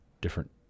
different